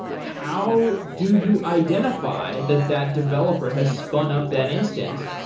how do you identify that that developer has spun up that instance?